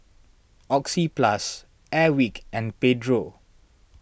Oxyplus Airwick and Pedro